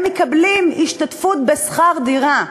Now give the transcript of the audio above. הם מקבלים השתתפות בשכר דירה,